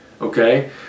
Okay